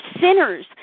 sinners